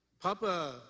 Papa